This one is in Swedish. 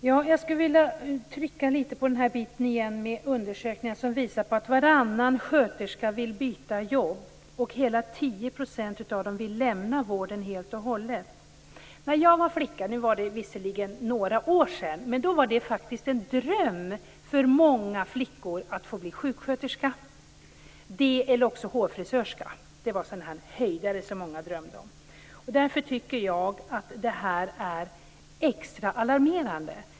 Fru talman! Jag skulle återigen vilja trycka på de undersökningar som visar på att varannan sköterska vill byta jobb och att hela 10 % av sköterskorna helt och hållet vill lämna vården. När jag var flicka - visserligen är det nu några år sedan dess - var det faktiskt en dröm för många flickor att få bli sjuksköterska eller hårfrisörska. Det var höjdarjobb som många drömde om. Därför tycker jag att det här är extra alarmerande.